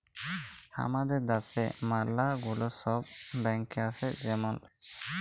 হামাদের দ্যাশে ম্যালা গুলা সব ব্যাঙ্ক আসে যেমল